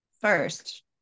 first